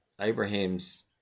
Abraham's